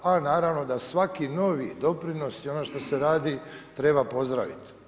A naravno da svaki novi doprinos i ono što se radi treba pozdraviti.